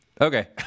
okay